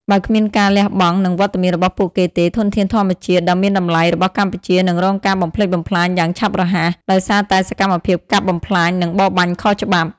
បើគ្មានការលះបង់ និងវត្តមានរបស់ពួកគេទេ ធនធានធម្មជាតិដ៏មានតម្លៃរបស់កម្ពុជានឹងរងការបំផ្លិចបំផ្លាញយ៉ាងឆាប់រហ័ស ដោយសារតែសកម្មភាពកាប់បំផ្លាញ និងបរបាញ់ខុសច្បាប់។